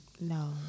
No